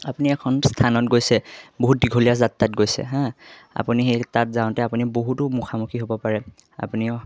আপুনি এখন স্থানত গৈছে বহুত দীঘলীয়া যাত্ৰাত গৈছে হা আপুনি সেই তাত যাওঁতে আপুনি বহুতো মুখামুখি হ'ব পাৰে আপুনি